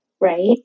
right